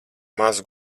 maz